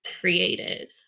created